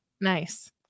Nice